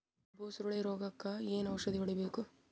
ಕಬ್ಬು ಸುರಳೀರೋಗಕ ಏನು ಔಷಧಿ ಹೋಡಿಬೇಕು?